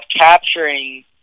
capturing